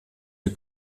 der